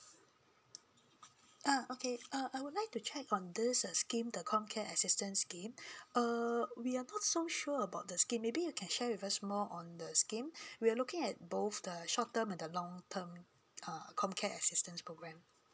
ah okay ah I would like to check on this uh scheme the comcare assistance scheme err we are not so sure about the scheme maybe you can share with us more on the scheme we're looking at both the short term and the long term uh comcare assistance program